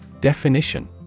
Definition